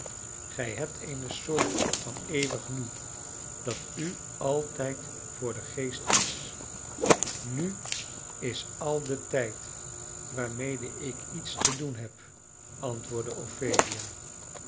gij hebt eene soort van eeuwig nu dat u altijd voor den geest is nu is al de tijd waarmede ik iets te doen heb antwoordde ophelia